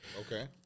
Okay